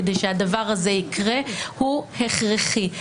כדי שהדבר הזה יקרה הוא הכרחי.